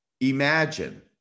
imagine